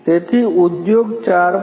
તેથી ઉદ્યોગ 4